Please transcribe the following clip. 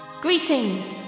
Greetings